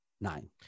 nine